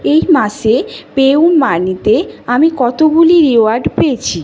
এই মাসে পেইউমানিতে আমি কতগুলি রিওয়ার্ড পেয়েছি